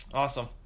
Awesome